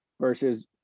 versus